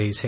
રહી છે